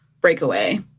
breakaway